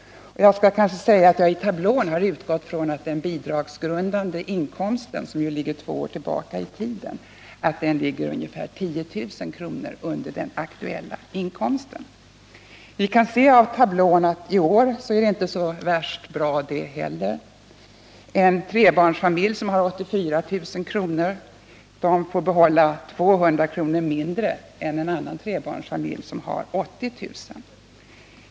Jag skall kanske också säga att jag har utgått från att den bidragsgrundande inkomsten, som ju ligger två år tillbaka i tiden ligger ungefär 10 000 kr. under den aktuella inkomsten. Vi kan på den här tablån se att en trebarnsfamilj som har 84 000 kr. i inkomst redan i år får behålla 200 kr. mindre än en annan trebarnsfamilj som har 80 000 kronors inkomst.